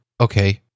okay